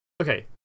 okay